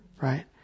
right